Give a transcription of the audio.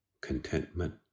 contentment